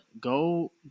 go